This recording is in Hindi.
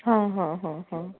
हाँ हाँ हाँ हाँ